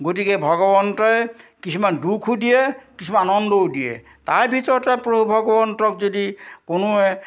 গতিকে ভগৱন্তই কিছুমান দুখো দিয়ে কিছুমান আনন্দও দিয়ে তাৰ ভিতৰতে ভগৱন্তক যদি কোনোৱে